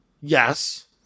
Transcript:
yes